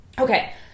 Okay